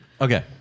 okay